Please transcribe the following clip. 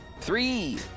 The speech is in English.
Three